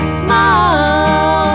small